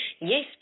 Yes